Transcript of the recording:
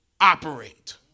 operate